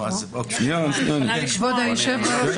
אני אבדוק.